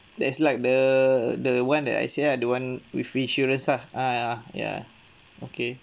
that's like the the one that I said lah the one with insurance ah uh uh ya okay